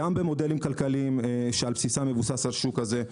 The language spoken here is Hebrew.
גם במודלים כלכליים שעל בסיסם מבוסס השוק הזה.